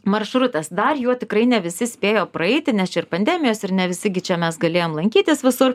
maršrutas dar juo tikrai ne visi spėjo praeiti nes čia ir pandemijos ir ne visi gi čia mes galėjom lankytis visur